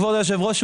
כבוד יושב הראש,